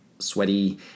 Sweaty